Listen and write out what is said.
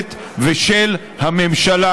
הכנסת ושל הממשלה: